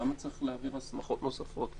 למה צריך להעביר הסמכות נוספות?